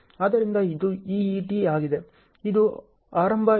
ಆದ್ದರಿಂದ ಇದು EET ಆಗಿದೆ ಇದು ಆರಂಭಿಕ ಈವೆಂಟ್ ಸಮಯವನ್ನು ಸೂಚಿಸುತ್ತದೆ